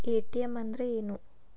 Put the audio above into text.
ATM ಅಂದ್ರ ಏನು?